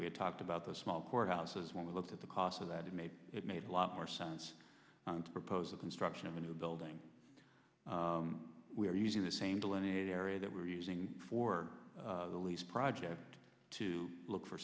we had talked about the small courthouses when we looked at the cost of that it made it made a lot more sense to propose the construction of a new building we're using the same to any area that we're using for the lease project to look for